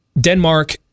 Denmark